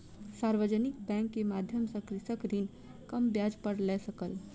सार्वजानिक बैंक के माध्यम सॅ कृषक ऋण कम ब्याज पर लय सकल